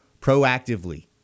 proactively